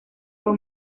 por